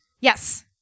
Yes